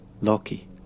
Loki